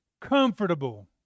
comfortable